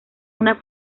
una